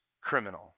criminal